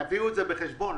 תביאו את זה בחשבון.